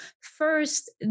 first